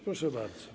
Proszę bardzo.